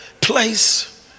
place